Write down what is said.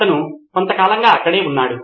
అతను కొంతకాలంగా అక్కడే ఉన్నాడు